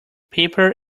paper